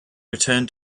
return